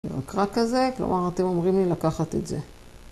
ירקרק כזה, כלומר אתם אומרים לי לקחת את זה.